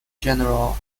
general